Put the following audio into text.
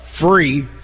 Free